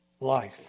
Life